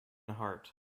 harte